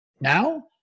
Now